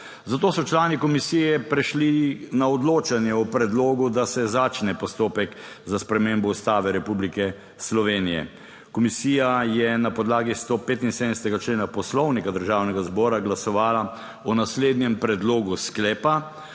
zato so člani komisije prešli na odločanje o predlogu, da se začne postopek za spremembo Ustave Republike Slovenije. Komisija je na podlagi 175. člena Poslovnika Državnega zbora glasovala o naslednjem predlogu sklepa: